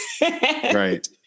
Right